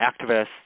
activists